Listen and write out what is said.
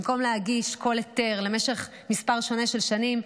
במקום להגיש כל היתר למשך מספר שונה של שנים,